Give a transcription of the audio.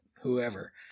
whoever